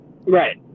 Right